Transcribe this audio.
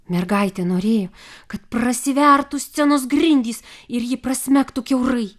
mergaitė norėjo kad prasivertų scenos grindys ir ji prasmegtų kiaurai